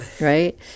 right